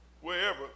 wherever